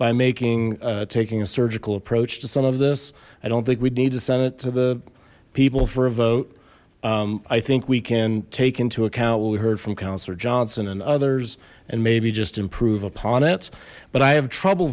by making taking a surgical approach to some of this i don't think we'd need to send it to the people for a vote i think we can take into account what we heard from councillor johnson and others and maybe just improve upon it but i have trouble